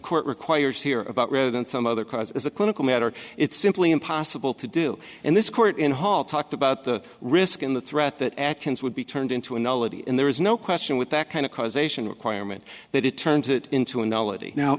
court requires hear about rather than some other cause as a clinical matter it's simply impossible to do and this court in hall talked about the risk and the threat that at it would be turned into an elegy and there is no question with that kind of causation requirement that it turns it into a